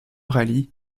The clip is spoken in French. rallye